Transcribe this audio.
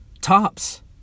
tops